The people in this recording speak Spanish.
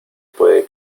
puede